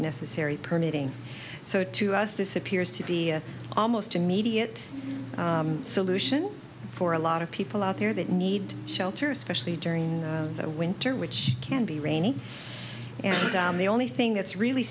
necessary permitting so to us this appears to be almost immediate solution for a lot of people out there that need shelter especially during the winter which can be rainy and the only thing that's really